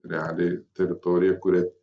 realiai teritorija kuri